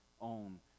own